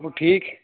وہ ٹھیک